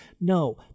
no